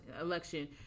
election